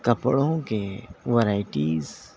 کپڑوں کے ورائٹیز